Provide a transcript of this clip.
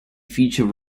feature